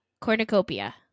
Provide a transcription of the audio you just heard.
cornucopia